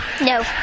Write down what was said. No